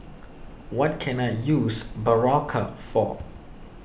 what can I use Berocca for